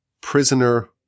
prisoner